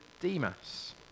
Demas